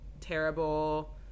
terrible